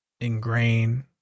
Ingrain